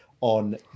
on